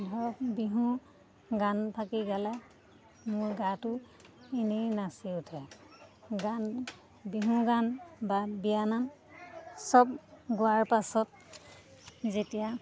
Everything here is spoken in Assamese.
ধৰ বিহু গান ফাকি গালে মোৰ গাটো এনেই নাচি উঠে গান বিহু গান বা বিয়ানাম চব গোৱাৰ পাছত যেতিয়া